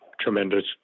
tremendous